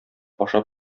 ашап